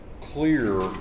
clear